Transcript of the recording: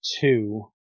two